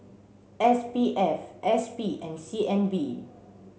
S P F S P and C N B